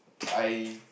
I